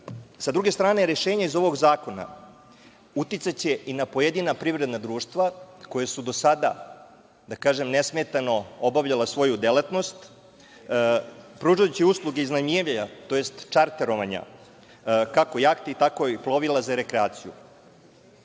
druge strane, rešenje iz ovog zakona uticaće i na pojedina privredna društva koja su do sada, da kažem, nesmetano obavljala svoju delatnost pružajući usluge iznajmljivanja, tj. čarterovanja kako jahti, tako i plovila za rekreaciju.